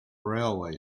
railway